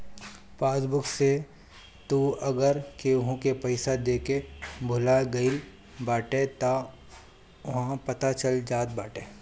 passbook से तू अगर केहू के पईसा देके भूला गईल बाटअ तअ उहो पता चल जात बाटे